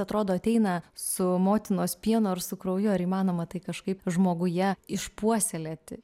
atrodo ateina su motinos pienu ar su krauju ar įmanoma tai kažkaip žmoguje išpuoselėti